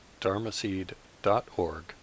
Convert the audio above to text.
dharmaseed.org